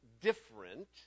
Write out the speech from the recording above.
different